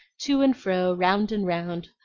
to and fro, round and round,